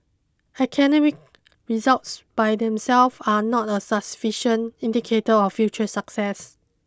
academic results by themselves are not a sufficient indicator of future success